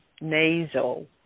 nasal